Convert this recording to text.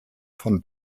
von